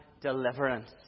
deliverance